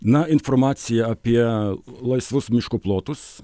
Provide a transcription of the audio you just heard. na informacija apie laisvus miško plotus